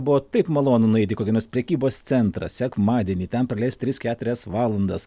buvo taip malonu nueiti į kokį nors prekybos centrą sekmadienį ten praleist tris keturias valandas